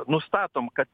nustatom kad